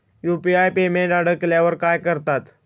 UPI payment अडकल्यावर काय करतात?